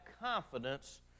confidence